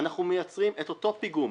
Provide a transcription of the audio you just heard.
אנחנו מייצרים את אותו פיגום